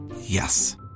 Yes